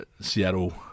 Seattle